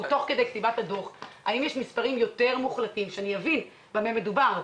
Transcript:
יותר מוחלטים כדי שאני אבין במה מדובר?